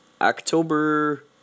October